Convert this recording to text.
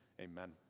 Amen